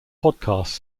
podcast